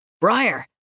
Briar